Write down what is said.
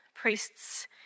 priests